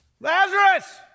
Lazarus